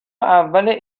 اول